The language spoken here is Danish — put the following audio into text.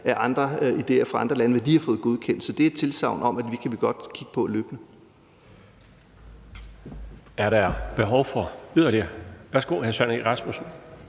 af idéer fra andre lande, og hvad de har fået godkendt. Så det er et tilsagn om, at det kan vi godt kigge på løbende.